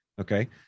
okay